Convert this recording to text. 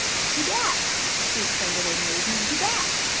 gee-dap! shrieked the little maiden. gee-dap!